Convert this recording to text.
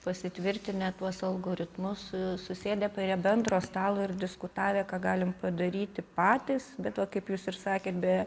pasitvirtinę tuos algoritmus susėdę prie bendro stalo ir diskutavę ką galim padaryti patys bet va kaip jūs ir sakėt be